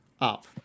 up